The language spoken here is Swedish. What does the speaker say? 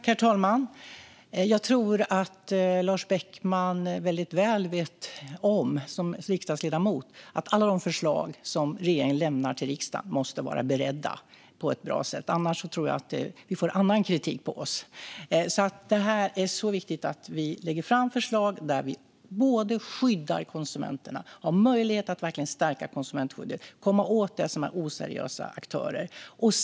Herr talman! Jag tror att Lars Beckman som riksdagsledamot väldigt väl vet om att alla de förslag som regeringen lämnar till riksdagen måste vara beredda på ett bra sätt. Annars tror jag att vi får annan kritik mot oss. Det är viktigt att vi lägger fram förslag som skyddar konsumenterna och där vi har möjlighet att stärka konsumentskyddet och komma åt oseriösa aktörer.